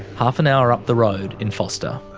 half an hour up the road, in forster.